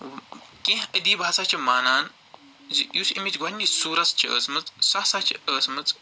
کیٚنہہ ادیٖب ہسا چھِ مانان زِ یُس اَمِچ گۄڈٕنِچ صوٗرت چھِ ٲس مٕژ سۄ سا چھِ ٲس مٕژ